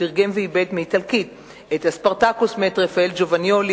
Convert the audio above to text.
תרגם ועיבד מאיטלקית את "אספרתקוס" מאת רפאל ג'ובניולי,